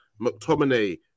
McTominay